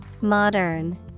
Modern